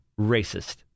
racist